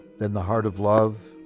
then the heart of love,